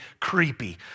creepy